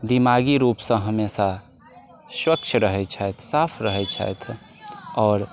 दिमागी रुपसँ हमेशा स्वच्छ रहै छथि साफ रहै छथि आओर